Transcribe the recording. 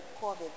COVID